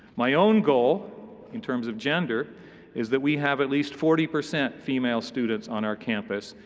my own goal in terms of gender is that we have at least forty percent female students on our campus.